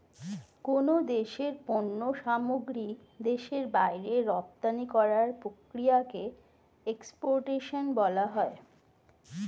কোন দেশের পণ্য সামগ্রী দেশের বাইরে রপ্তানি করার প্রক্রিয়াকে এক্সপোর্টেশন বলা হয়